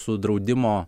su draudimo